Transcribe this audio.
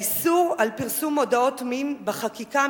האיסור על פרסום מודעות מין בחקיקה,